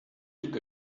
took